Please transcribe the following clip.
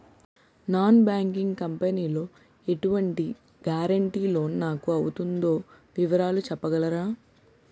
Non banking company లో ఎటువంటి guarantee loan నాకు అవుతుందో వివరాలు చెప్పగలరా?